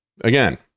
again